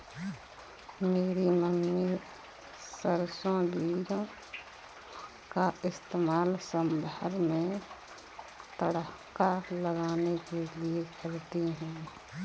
मेरी मम्मी सरसों बीजों का इस्तेमाल सांभर में तड़का लगाने के लिए करती है